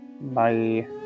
Bye